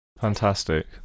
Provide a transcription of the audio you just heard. Fantastic